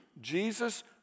Jesus